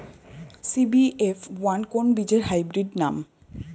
CBF one কোন বীজের hybrid নাম?